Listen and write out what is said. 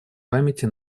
памяти